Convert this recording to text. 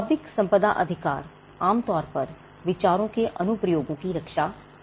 बौद्धिक संपदा अधिकार आम तौर पर विचारों के अनुप्रयोगों की रक्षा करता है